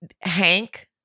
Hank